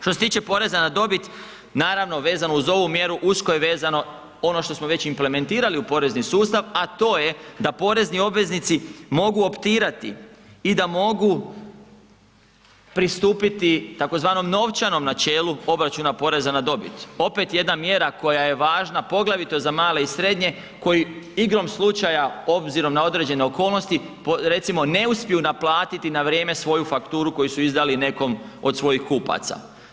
Što se tiče poreza na dobit, naravno vezano uz ovu mjeru, usko je vezano ono što već implementirali u porezni sustav a to je da porezni obveznici mogu optirati i da mogu pristupiti tzv. novčanom načelu obračuna poreza na dobit, opet jedna mjera koja je važna poglavito za male i srednje koji igrom slučaja obzirom na određene okolnosti recimo ne uspiju naplatiti na vrijeme svoju fakturu koju su izdali nekom od svojih kupaca.